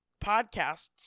podcasts